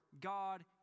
God